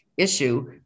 issue